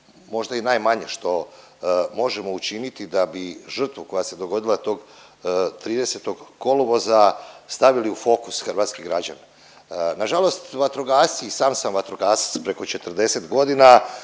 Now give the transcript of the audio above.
možda i najmanje što možemo učiniti da bi žrtvu koja se dogodila tog 30. kolovoza stavili u fokus hrvatskih građana. Nažalost vatrogasci i sam sam vatrogasac preko 40.g.,